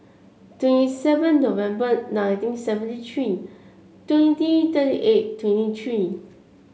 twenty seven November nineteen seventy three twenty thirty eight twenty three